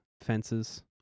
fences